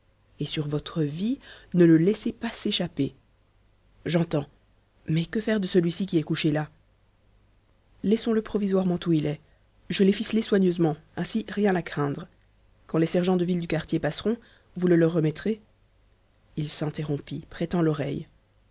et sur votre vie ne le laissez pas s'échapper j'entends mais que faire de celui-ci qui est couché là laissons-le provisoirement où il est je l'ai ficelé soigneusement ainsi rien à craindre quand les sergents de ville du quartier passeront vous le leur remettrez il s'interrompit prêtant l'oreille